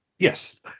Yes